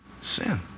sin